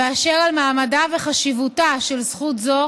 ואשר על מעמדה וחשיבותה של זכות זו